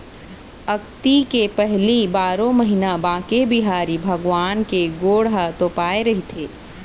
अक्ती ले पहिली बारो महिना बांके बिहारी भगवान के गोड़ ह तोपाए रहिथे